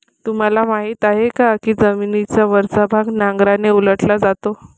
तुम्हाला माहीत आहे का की जमिनीचा वरचा भाग नांगराने उलटला जातो?